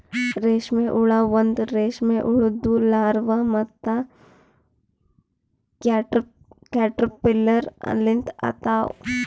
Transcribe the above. ರೇಷ್ಮೆ ಹುಳ ಒಂದ್ ರೇಷ್ಮೆ ಹುಳುದು ಲಾರ್ವಾ ಮತ್ತ ಕ್ಯಾಟರ್ಪಿಲ್ಲರ್ ಲಿಂತ ಆತವ್